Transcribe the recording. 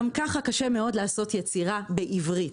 גם ככה קשה מאוד לעשות יצירה בעברית.